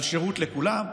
על שירות לכולם,